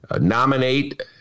nominate